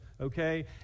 Okay